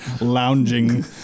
Lounging